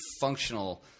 functional